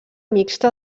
mixta